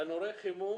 תנורי חימום